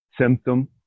symptom